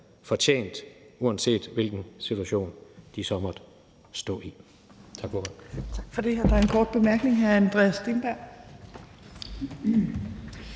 fortjent, uanset hvilken situation de så måtte stå i.